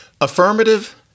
Affirmative